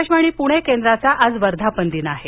आकाशवाणी पुणे केंद्राचा आज वर्धापन दिन आहे